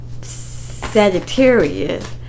Sagittarius